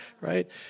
right